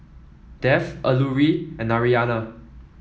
Dev Alluri and Narayana